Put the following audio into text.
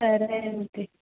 సరే అండి